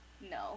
No